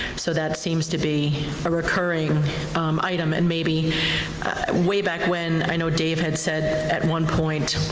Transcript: so that seems to be a recurring item and maybe way back when, i know dave had said at one point,